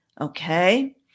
Okay